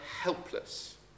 helpless